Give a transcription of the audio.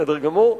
בסדר גמור.